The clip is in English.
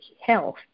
health